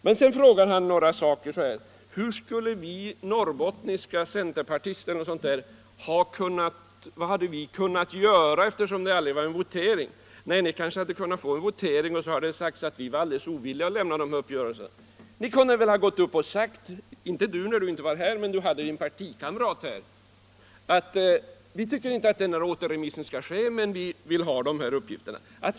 Men sedan frågar han: ”Vad hade vi norrbottniska centerpartister kunnat göra, eftersom det aldrig var en votering?” Ni hade kanske kunnat få en votering, och så hade det sagts att vi var alldeles ovilliga att lämna dessa uppgifter. Ni kunde väl ha gått upp och sagt — inte herr Johansson i Holmgården när han inte var här, men han hade sin partikamrat här — att ni inte tycker att återremissen skall ske men att ni vill ha dessa uppgifter.